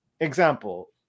example